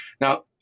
Now